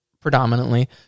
predominantly